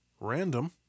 random